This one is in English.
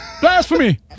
Blasphemy